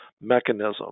mechanism